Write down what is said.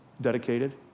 dedicated